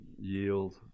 yield